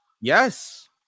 Yes